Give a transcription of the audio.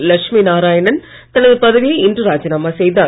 லட்சுமி நாராயணன் தனது பதவியை இன்று ராஜினாமா செய்தார்